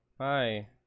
Hi